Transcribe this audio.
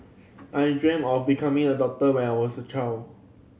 I dreamt of becoming a doctor when I was a child